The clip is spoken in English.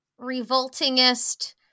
revoltingest